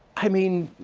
i mean